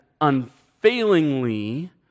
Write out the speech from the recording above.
unfailingly